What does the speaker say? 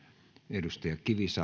arvoisa